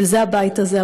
בשביל זה הבית הזה,